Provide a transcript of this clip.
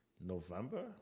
November